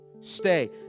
Stay